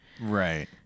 Right